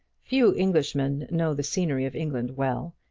few englishmen know the scenery of england well,